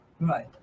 Right